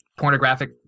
Pornographic